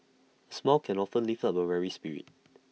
A smile can often lift up A weary spirit